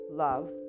love